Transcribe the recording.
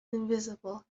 invisible